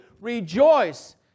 Rejoice